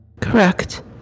Correct